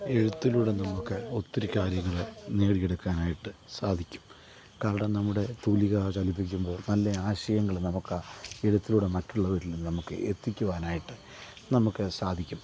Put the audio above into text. എഴുത്തിലൂടെ നമുക്ക് ഒത്തിരി കാര്യങ്ങള് നേടിയെടുക്കാനായിട്ട് സാധിക്കും കാരണം നമ്മുടെ തൂലിക ചലിപ്പിക്കുമ്പോൾ നല്ല ആശയങ്ങള് നമുക്ക് ആ എഴുത്തിലൂടെ മറ്റുള്ളവരിൽ നമുക്ക് എത്തിക്കുവാനായിട്ട് നമുക്ക് സാധിക്കും